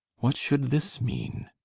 what should this meane?